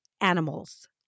animals